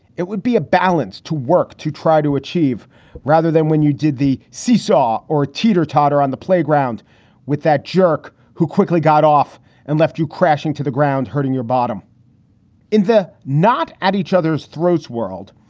it would be a balance to work to try to achieve rather than when you did the seesaw or teeter totter on the playground with that jerk who quickly got off and left you crashing to the ground, hurting your bottom in the knot at each other's throats world.